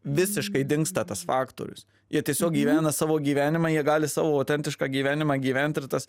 visiškai dingsta tas faktorius jie tiesiog gyvena savo gyvenimą jie gali savo autentišką gyvenimą gyvent ir tas